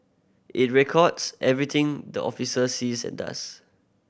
it records everything the officer sees and does